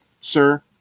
sir